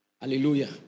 Hallelujah